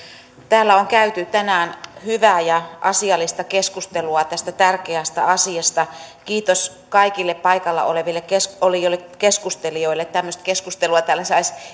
täällä on käyty tänään hyvää ja asiallista keskustelua tästä tärkeästä asiasta kiitos kaikille paikalla oleville oleville keskustelijoille tämmöistä keskustelua täällä saisi